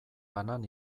banan